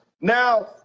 now